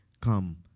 come